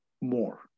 more